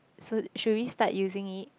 so should we start using it